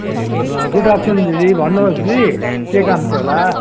good afternoon दिदी भन्नुहोस दिदी के काम थियो होला